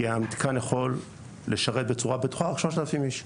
כי המתקן יכול לשרת בצורה בטוחה רק 3,000 איש.